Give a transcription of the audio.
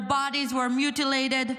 Their bodies were mutilated,